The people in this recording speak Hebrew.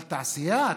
אבל תעשייה?